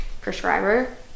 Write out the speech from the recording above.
prescriber